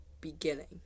beginning